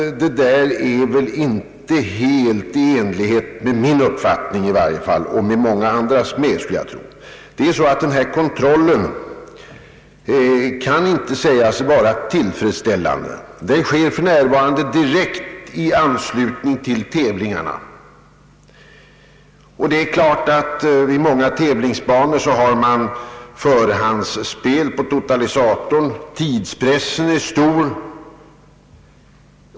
Detta är inte helt i enlighet med i varje fall min uppfattning och inte med många andras heller, vet jag. Ifrågavarande kontroll kan inte sägas vara tillfredsställande. Den sker för närvarande direkt i anslutning till tävlingarna, vid många tävlingsbanor har man förhandsspel på totalisator och tidspressen är stor.